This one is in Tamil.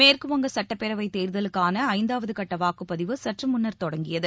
மேற்குவங்க சட்டப்பேரவை தேர்தலுக்கான ஐந்தாவது கட்ட வாக்குப்பதிவு சற்று முன்னர் தொடங்கியுள்ளது